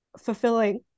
fulfilling